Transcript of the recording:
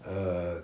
err